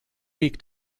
weak